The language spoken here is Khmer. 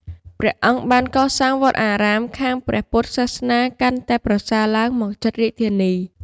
ព្រះអង្គបានកសាងវត្តអារាម ខាងព្រះពុទ្ធសាសនាកាន់តែប្រសើរឡើងមកជិតរាជធានី ។